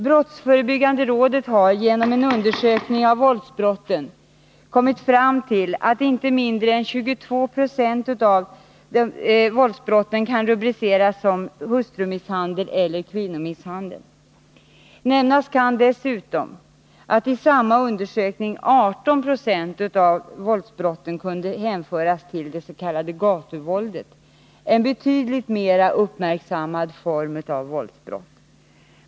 Brottsförebyggande rådet har genom en undersökning av våldsbrotten kommit fram till att inte mindre än 22 6 av dessa brott kan rubriceras som hustrumisshandel eller kvinnomisshandel. Nämnas kan dessutom att i samma undersökning 18 96 av våldsbrotten kunde hänföras till dets.k. gatuvåldet, en betydligt mera uppmärksammad form av våldsbrott.